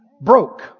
broke